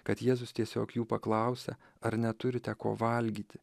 kad jėzus tiesiog jų paklausia ar neturite ko valgyti